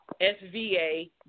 SVA